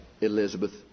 Elizabeth